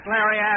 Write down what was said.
Larry